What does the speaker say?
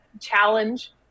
challenge